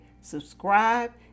subscribe